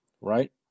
right